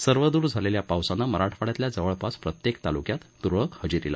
सर्वदूर झालेल्या या पावसानं मराठवाड्यातल्या जवळपास प्रत्येक तालुक्यात तुरळक हजेरी लावली